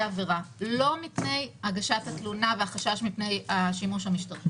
עבירה מפני הגשת התלונה והחשש מפני השימוש המשטרתי.